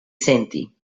senti